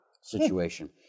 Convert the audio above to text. situation